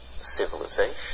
civilization